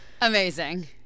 Amazing